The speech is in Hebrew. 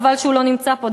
חבל שהוא לא נמצא פה,